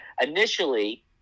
initially